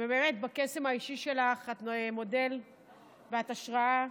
ובקסם האישי שלך את מודל ואת השראה.